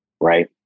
right